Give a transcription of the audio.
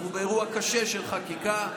אנחנו באירוע קשה של חקיקה,